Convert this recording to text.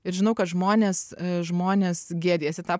ir žinau kad žmonės žmonės gėdijasi tą